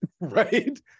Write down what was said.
right